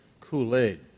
Kool-Aid